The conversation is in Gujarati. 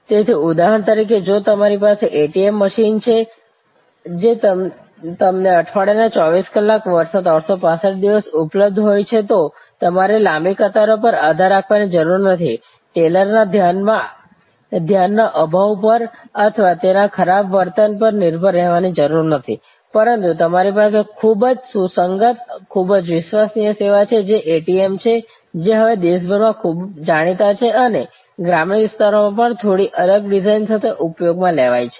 તેથી ઉદાહરણ તરીકે જો તમારી પાસે ATM મશીન છે જે તમને અઠવાડિયાના 24 કલાક વર્ષના 365 દિવસ ઉપલબ્ધ હોય છે તો તમારે લાંબી કતારો પર આધાર રાખવાની જરૂર નથી ટેલર ના ધ્યાનના અભાવ પર અથવા તેના ખરાબ વર્તન પર નિર્ભર રહેવાની જરૂર નથી પરતું તમારી પાસે ખૂબ જ સુસંગત ખૂબ જ વિશ્વસનીય સેવા છે જે એટીએમ છે જે હવે દેશભરમાં ખૂબ જાણીતા છે અને ગ્રામીણ વિસ્તારોમાં પણ થોડી અલગ ડિઝાઇન સાથે ઉપયોગમાં લેવાય છે